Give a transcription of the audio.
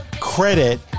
credit